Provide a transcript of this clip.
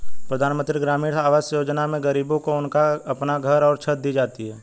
प्रधानमंत्री ग्रामीण आवास योजना में गरीबों को उनका अपना घर और छत दी जाती है